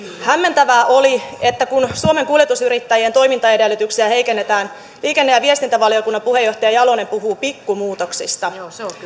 hämmentävää oli että kun suomen kuljetusyrittäjien toimintaedellytyksiä heikennetään liikenne ja viestintävaliokunnan puheenjohtaja jalonen puhuu pikkumuutoksista